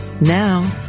Now